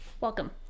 Welcome